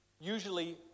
usually